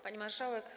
Pani Marszałek!